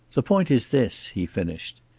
the point is this, he finished.